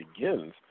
begins